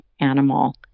animal